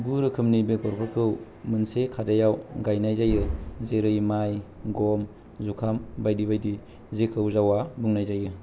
गु रोखोमनि बेग'रफोरखौ मोनसे खादायाव गायनाय जायो जेरै माइ ग'म जुखाम बायदि बायदि जेखौ जावा बुंनाय जायो